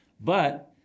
but-